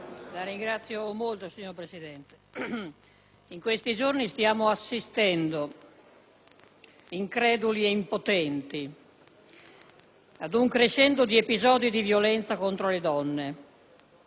finestra") *(PD)*. Signor Presidente, in questi giorni stiamo assistendo, increduli e impotenti, ad un crescendo di episodi di violenza contro le donne